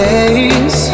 Days